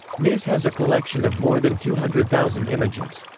mis has a collection of more than two hundred thousand images.